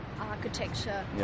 architecture